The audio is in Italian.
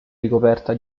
ricoperta